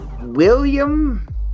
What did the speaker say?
William